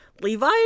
Levi